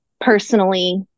personally